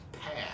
path